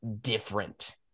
different